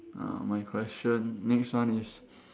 uh my question next one is